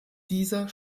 dieser